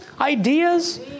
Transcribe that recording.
Ideas